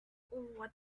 what